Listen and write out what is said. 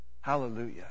Hallelujah